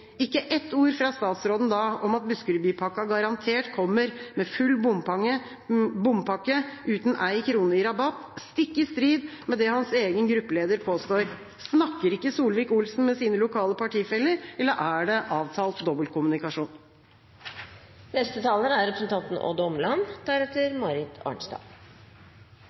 ikke ett ord fra statsråden da om at Buskerudbypakka garantert kommer med full bompakke, uten ei krone i rabatt, stikk i strid med det hans egen gruppeleder påstår. Snakker ikke Solvik-Olsen med sine lokale partifeller, eller er det avtalt